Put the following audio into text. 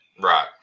Right